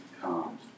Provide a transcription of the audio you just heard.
come